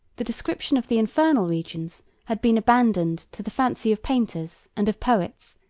the description of the infernal regions had been abandoned to the fancy of painters and of poets,